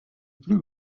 plus